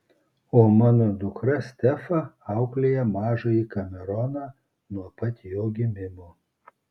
o mano dukra stefa auklėja mažąjį kameroną nuo pat jo gimimo